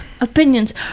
opinions